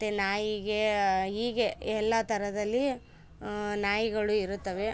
ಮತ್ತೆ ನಾಯಿಗೆ ಹೀಗೆ ಎಲ್ಲ ಥರದಲ್ಲಿ ನಾಯಿಗಳು ಇರುತ್ತವೆ